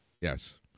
Yes